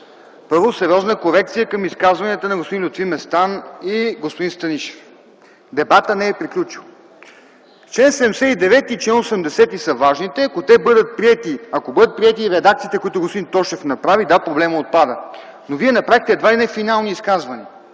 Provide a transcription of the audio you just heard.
Първо, сериозна корекция към изказването на господин Лютви Местан и господин Станишев. Дебатът не е приключил. Член 79 и чл. 80 са важните. Ако те бъдат приети, ако се приемат и редакциите, които господин Тошев направи, да, проблемът отпада, но вие направихте едва ли не финални изказвания.